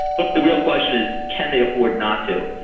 but the real question is, can they afford not to?